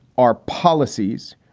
our policies,